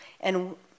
And